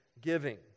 giving